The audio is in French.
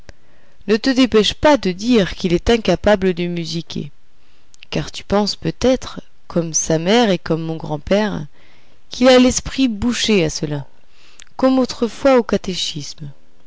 ne te dépêche pas de dire qu'il est incapable de musiquer car tu penses peut-être comme sa mère et comme mon grand-père qu'il a l'esprit bouché à cela comme autrefois au catéchisme